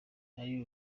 hari